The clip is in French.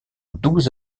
douze